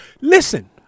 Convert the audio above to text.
listen